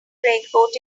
raincoat